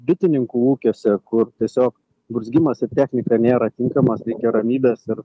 bitininkų ūkiuose kur tiesiog burzgimas ir technika nėra tinkamas reikia ramybės ir